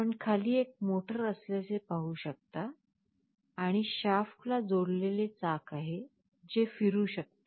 आपण खाली एक मोटर असल्याचे पाहू शकता आणि शाफ्टला जोडलेले चाक आहे जे फिरू शकते